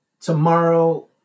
Tomorrow